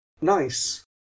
Nice